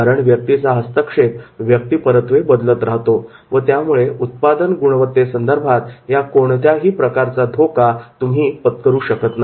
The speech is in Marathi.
कारण व्यक्तीचा हस्तक्षेप व्यक्तीपरत्वे बदलत राहतो व त्यामुळे उत्पादन गुणवत्ते संदर्भात या कोणत्याही प्रकारचा धोका तुम्ही पत्करू शकत नाही